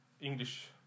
English